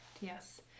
Yes